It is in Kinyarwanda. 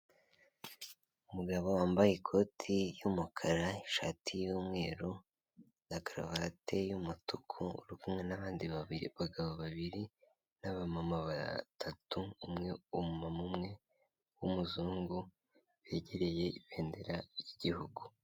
Umugabo wambaye ikoti ry'umukara ishati yumweru na karuvati y'umutuku, uri kumwe nabandi babiri bagabo babiri n'abamama batatu umwe umumama umwe w'umuzungu begereye ibendera ry'igihugu.